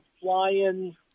flying